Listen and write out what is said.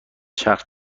چرخ